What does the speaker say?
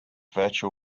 virtual